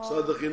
החינוך.